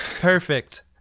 Perfect